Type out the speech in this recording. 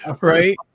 right